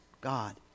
God